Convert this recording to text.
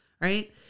right